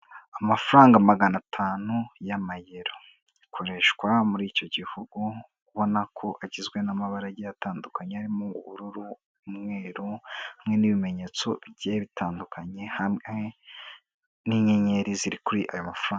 Amafaranga magana atanu y'amayero. Akoreshwa muri icyo gihugu, ubona ko agizwe n'amabara agiye atandukanye arimo ubururu, umweru hamwe n'ibimenyetso bigiye bitandukanye, hamwe n'inyenyeri ziri kuri ayo mafaranga.